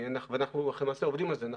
ואנחנו למעשה עובדים על זה,